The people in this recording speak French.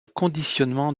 conditionnement